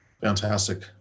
Fantastic